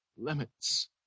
limits